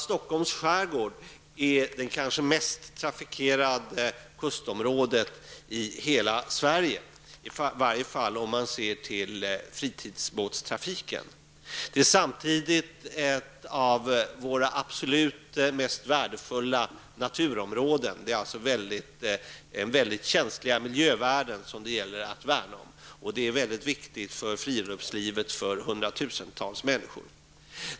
Stockholms skärgård är det kanske mest trafikerade kustområdet i hela Sverige, i varje fall om man ser till fritidsbåtstrafiken. Det är samtidigt ett av våra absolut mest värdefulla naturområden. Det är alltså mycket känsliga miljövärden som det gäller att värna om. Det är mycket viktigt för friluftslivet för hundratusentals människor.